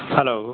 hello